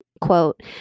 quote